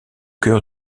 cœur